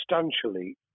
substantially